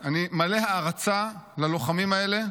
אני מלא הערצה ללוחמים האלה.